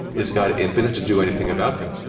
is god impotent to do anything about them?